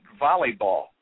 volleyball